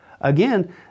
Again